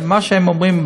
ממה שהם אומרים,